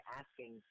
asking